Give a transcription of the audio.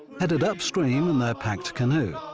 headed upstream in their packed canoe.